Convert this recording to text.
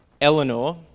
Eleanor